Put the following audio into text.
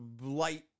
light